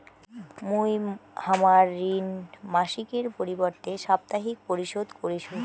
মুই হামার ঋণ মাসিকের পরিবর্তে সাপ্তাহিক পরিশোধ করিসু